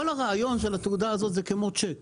כל הרעיון של התעודה הזאת הוא שזה כמו צ'ק